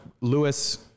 Lewis